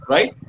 Right